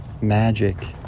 magic